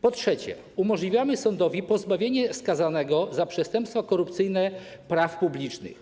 Po trzecie, umożliwiamy sądowi pozbawienie skazanego za przestępstwa korupcyjne praw publicznych.